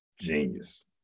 genius